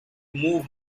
move